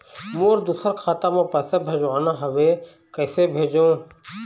मोर दुसर खाता मा पैसा भेजवाना हवे, कइसे भेजों?